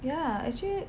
yah actually